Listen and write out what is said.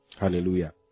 hallelujah